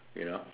you know